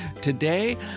today